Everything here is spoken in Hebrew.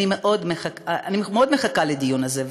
אני מאוד מחכה לדיון הזה,